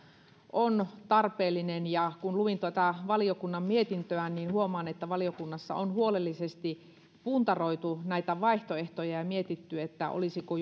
on tarpeellinen kun luin tuota valiokunnan mietintöä niin huomaan että valiokunnassa on huolellisesti puntaroitu näitä vaihtoehtoja ja mietitty olisiko